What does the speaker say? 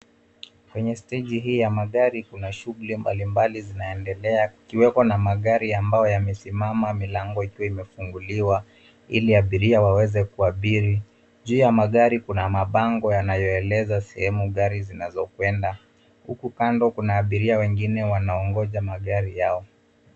Kwenye stegi hii ya magari kuna shughuli mbali mbali zinaendelea , kukiweko na magari ambao yamesimama milango ikiwa imefunguliwa, ili abiria waweze kuabiri. Juu ya magari kuna mabango yanayoeleza sehemu gari zinazokwenda, huku kando kuna abiria wengine wanaongoja magari hao.